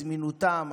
זמינותם,